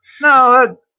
No